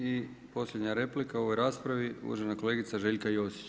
I posljednja replika u ovoj raspravi uvažena kolegica Željka Josić.